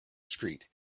street